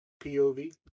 POV